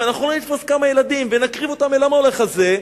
אנחנו לא נתפוס כמה ילדים ונקריב אותם למולך הזה,